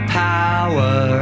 power